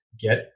get